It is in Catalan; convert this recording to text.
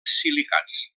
silicats